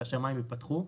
שהשמיים ייפתחו.